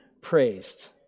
praised